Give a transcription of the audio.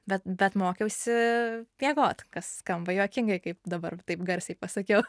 bet bet mokiausi miegot kas skamba juokingai kaip dabar taip garsiai pasakiau